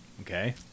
Okay